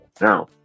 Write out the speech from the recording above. now